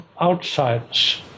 outsiders